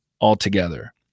altogether